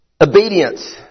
Obedience